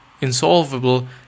insolvable